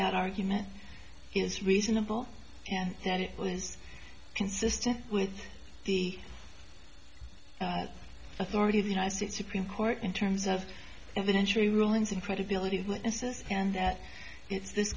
that argument is reasonable and that it was consistent with the authority of the united states supreme court in terms of evidentiary rulings and credibility of witnesses and that if this